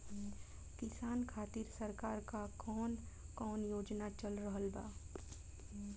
किसान खातिर सरकार क कवन कवन योजना चल रहल बा?